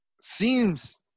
seems